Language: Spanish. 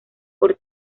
por